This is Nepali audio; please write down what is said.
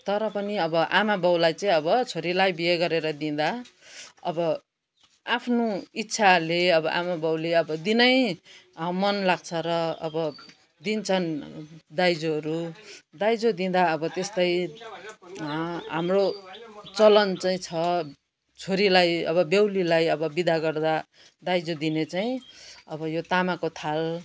तर पनि अब आमाबाउलाई चाहिँ अब छोरीलाई बिहे गरेर दिँदा अब आफ्नो इच्छाले अब आमाबाउले अब दिनै मन लाग्छ र अब दिन्छन् दाइजोहरू दाइजो दिँदा अब त्यस्तै हाम्रो चलन चाहिँ छ छोरीलाई अब बेहुलीलाई अब बिदा गर्दा दाइजो दिने चाहिँ अब यो तामाको थाल